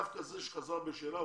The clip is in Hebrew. דווקא זה שחזר בשאלה,